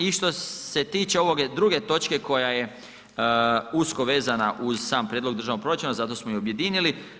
I što se tiče ove druge točke koja je usko vezana uz sam prijedlog državnog proračuna, zato smo i objedinili.